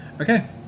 okay